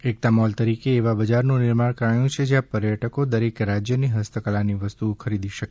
એકતા mall તરીકે એવા બજાર નું નિર્માણ કરાયું છે ત્યાં પર્યટકો દરેક રાજ્ય ની હસ્તકળા ની વસ્તુ ખરીદી સકે